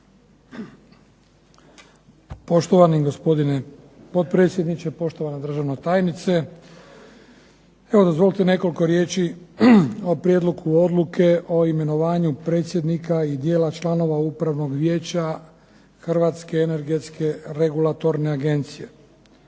Poštovani gospodine potpredsjedniče, poštovana državna tajnice. Evo dozvolite nekoliko riječi o Prijedlogu odluke o imenovanju predsjednika i dijela članova Upravnog vijeća Hrvatske energetske regulatorne agencije.